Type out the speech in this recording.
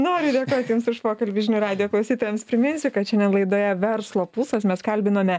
noriu dėkot jums už pokalbį žinių radijo klausytojams priminsiu kad šiandien laidoje verslo pulsas mes kalbinome